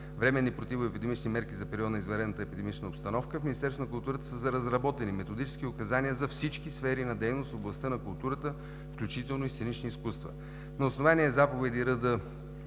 временни противоепидемични мерки за периода на извънредната епидемична обстановка в Министерството на културата са разработени методически указания за всички сфери на дейност в областта на културата, включително и сценичните изкуства. На основание заповеди №